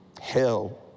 Hell